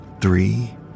three